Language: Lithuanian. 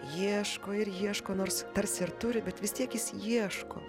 ieško ir ieško nors tarsi ir turi bet vis tiek jis ieško